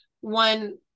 one